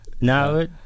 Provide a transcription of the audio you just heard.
no